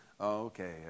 Okay